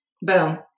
Boom